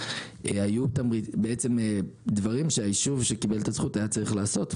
היו דברים שהיישוב שקיבל את הזכות היה צריך לעשות,